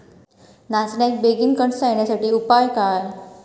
नाचण्याक बेगीन कणसा येण्यासाठी उपाय काय?